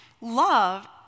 Love